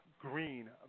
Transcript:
Green